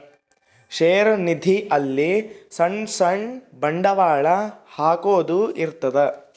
ಷೇರು ನಿಧಿ ಅಲ್ಲಿ ಸಣ್ ಸಣ್ ಬಂಡವಾಳ ಹಾಕೊದ್ ಇರ್ತದ